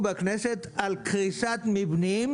על קריסת מבנים,